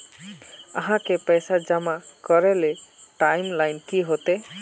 आहाँ के पैसा जमा करे ले टाइम लाइन की होते?